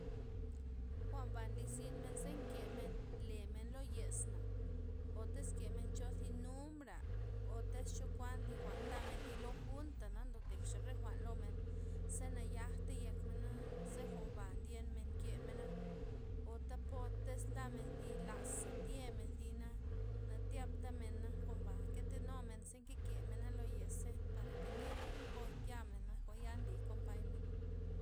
Jwa'nba nlizyn ze nkemen lemen lo yezna o tiz kemen cho zi numbra' ota chokuan thi jwa'n ndamen zilo junta' na ndo tejxa re jwa'n lomen, zena yajtey yekmenaa, ze jwa'nba ndyenmen nkemena', otapo tiz ndamen zi laxa' tyenmen zina tyatamen na jwa'nba nketenumen ze nkekemena lo yes ze parak ngenk po yamen na jwa'na nlii kompaymen.